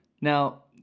Now